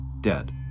dead